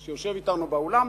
שיושב אתנו באולם,